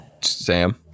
Sam